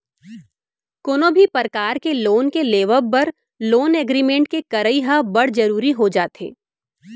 कोनो भी परकार के लोन के लेवब बर लोन एग्रीमेंट के करई ह बड़ जरुरी हो जाथे